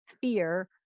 fear